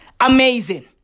amazing